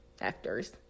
actors